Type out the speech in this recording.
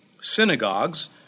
synagogues